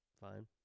fine